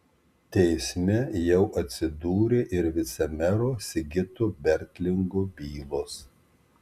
teisme jau atsidūrė ir vicemero sigito bertlingo bylos